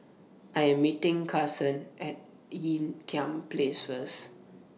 I Am meeting Kason At Ean Kiam Place First